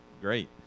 great